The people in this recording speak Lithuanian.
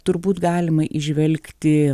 turbūt galima įžvelgti